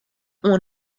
oan